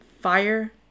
Fire